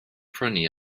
prynu